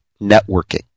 networking